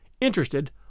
interested